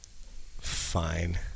fine